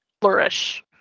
flourish